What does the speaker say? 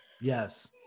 Yes